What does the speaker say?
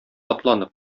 атланып